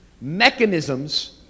mechanisms